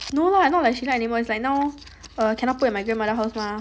no lah not like she like animals is like now err cannot put in my grandmother's house mah